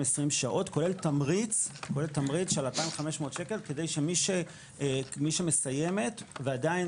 שעות כולל תמריץ של 2,500 שקלים כדי שמי שמסיימת ועדיין